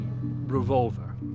revolver